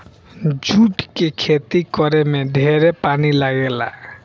जुट के खेती करे में ढेरे पानी लागेला